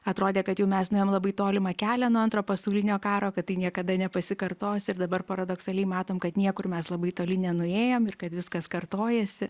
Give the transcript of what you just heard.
atrodė kad jau mes nuėjom labai tolimą kelią nuo antro pasaulinio karo kad tai niekada nepasikartos ir dabar paradoksaliai matom kad niekur mes labai toli nenuėjom ir kad viskas kartojasi